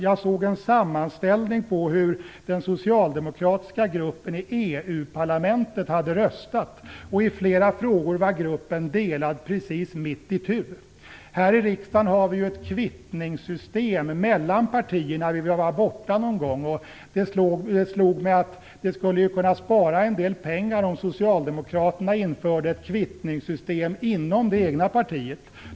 Jag såg en sammanställning på hur den socialdemokratiska gruppen i Europaparlamentet röstat. I flera frågor var gruppen delad precis mitt itu. Här i riksdagen har vi ett kvittningssystem mellan partierna när vi är borta någon gång. Det slog mig att man skulle kunna spara en del pengar om socialdemokraterna införde ett kvittningssystem inom det egna partiet.